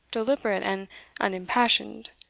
deliberate, and unimpassioned.